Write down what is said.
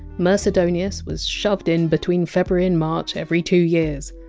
mercedonius was shoved in between february and march every two years.